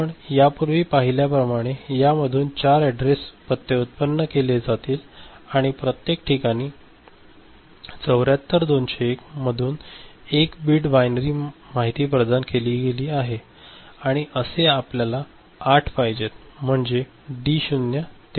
आपण यापूर्वी पहिल्या प्रमाणे या मधून 4 अॅड्रेस पत्ते व्युत्पन्न केले जातील आणि प्रत्येक ठिकाणी 74201 मधून 1 बिट बाइनरी माहिती प्रदान केली गेली आहे आणि असे आपल्याला 8 पाहिजे आहेत म्हणजे डी 0 ते डी 7 आहेत